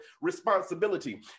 responsibility